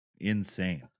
insane